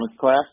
class